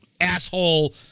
asshole